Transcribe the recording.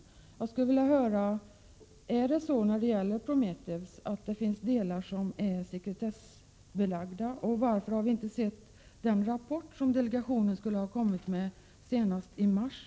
Jag skulle vilja höra om vissa delar av Prometheus är sekretessbelagda. Varför har vi inte fått se den rapport som delegationen skulle ha kommit med senast i mars?